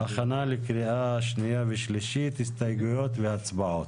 הכנה לקריאה שנייה ושלישית, הסתייגויות והצבעות.